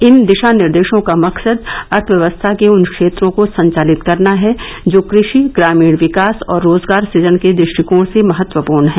इन दिशा निर्देशों का मकसद अर्थव्यवस्था के उन क्षेत्रों को संचालित करना है जो कृषि ग्रामीण विकास और रोजगार सृजन के दृष्टिकोण से महत्वपूर्ण है